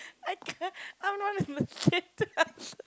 I can't I'm not in the